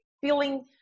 feeling